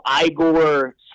Igor